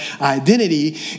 identity